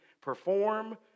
perform